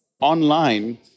online